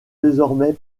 désormais